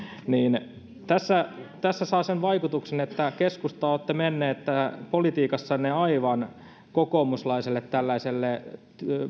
tässä tässä saa sen vaikutuksen että keskusta olette menneet politiikassanne aivan kokoomuslaiselle tällaiselle